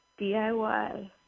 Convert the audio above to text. DIY